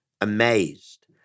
amazed